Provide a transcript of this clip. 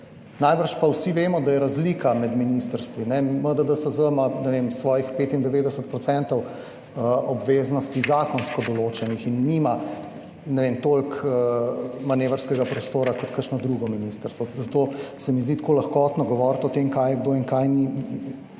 Najbrž pa vsi vemo, da je razlika med ministrstvi. MDDSZ ima, ne vem, svojih 95 % obveznosti zakonsko določenih in nima toliko manevrskega prostora kot kakšno drugo ministrstvo. Zato se mi zdi tako lahkotno govoriti o tem, kaj je kdo in česa ni,